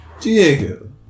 Diego